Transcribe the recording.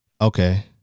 Okay